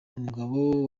umugabo